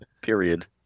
period